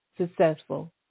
successful